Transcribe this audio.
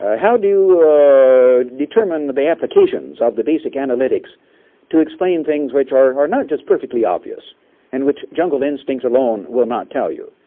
ah how do you determine the applications of the basic analytics to explain things which are are not just perfectly obvious in which jungle instinct alone will not tell you?